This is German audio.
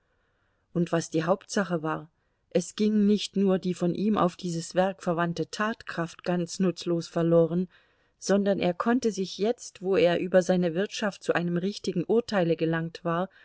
und was die hauptsache war es ging nicht nur die von ihm auf dieses werk verwandte tatkraft ganz nutzlos verloren sondern er konnte sich jetzt wo er über seine wirtschaft zu einem richtigen urteile gelangt war